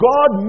God